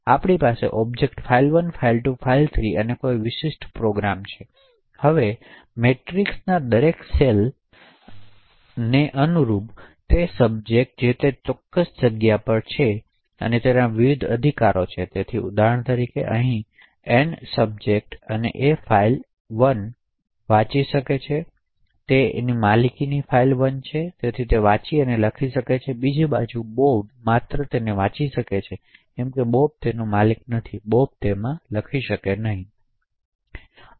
આપણી પાસે objects file 1 file 2 file 3 અને કોઈ વિશિષ્ટ પ્રોગ્રામ છે હવે મેટ્રિક્સના દરેક સેલને અનુરૂપ તે સબજેક્ટ જે તે ચોક્કસ જ્ગ્યા પર છે તેના વિવિધ અધિકારો છે તેથી ઉદાહરણ તરીકે અહીં Ann સબજેક્ટ છે અને એ ફાઇલ 1 ann વાંચી શકે છે તેથી annની આ માલિક ફાઇલ 1 અને તેથી તે ann વાંચી શકે અને લખી શકે છે તો બીજી બાજુ બોબ માત્ર તેને વાંચી શકે કેમ કેબોબ માલિક નથી અને બોબ લખી શકતો નથી